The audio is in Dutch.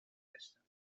testen